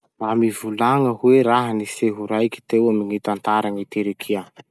Mba mivolagna hoe raha-niseho raiky teo amy gny tantaran'i Turkia?